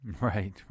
Right